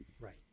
Right